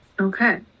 Okay